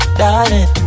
darling